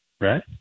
Right